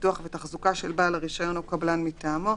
פיתוח ותחזוקה של בעל הרישיון או קבלן מטעמו,